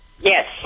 yes